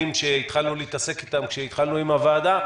שרצינו להתעסק בהם כשהתחלנו עם הוועדה,